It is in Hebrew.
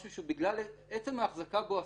משהו שעצם ההחזקה בו אסורה.